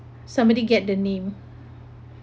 somebody get the name